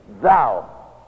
Thou